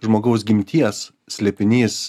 žmogaus gimties slėpinys